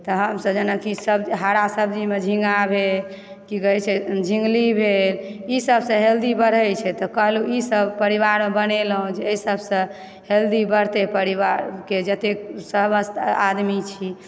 तऽ हमसभ जेनाकि सब्ज हरा सब्जीमे झींगा भेल झिंगली भेल ई सबसे हेल्दी बढ़े छै तऽ कहलहुँ ई सब परिवार मे बनेलहुॅं जे एहि सबसे हेल्दी बढ़तै परिवार के जत्तेक समस्त आदमी छी